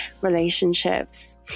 relationships